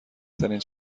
ترین